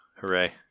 hooray